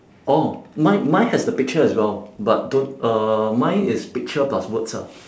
orh mine mine has the picture as well but don't uh mine is picture plus words ah